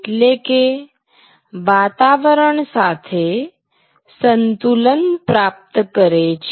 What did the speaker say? એટલે કે વાતાવરણ સાથે સંતુલન પ્રાપ્ત કરે છે